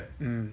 mm